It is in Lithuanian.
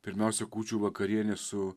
pirmiausia kūčių vakarienė su